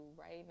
right